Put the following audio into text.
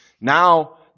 Now